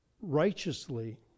righteously